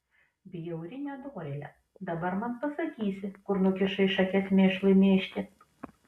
bjauri nedorėle dabar man pasakysi kur nukišai šakes mėšlui mėžti